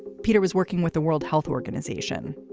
peter was working with the world health organization,